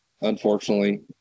Unfortunately